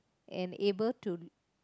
and able to